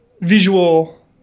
visual